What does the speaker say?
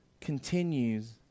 continues